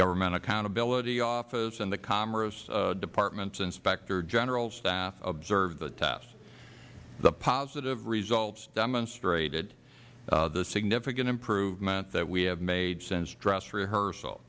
government accountability office and the commerce department's inspector general staff observed the test the positive results demonstrated the significant improvement that we have made since dress rehearsal